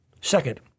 Second